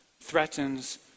threatens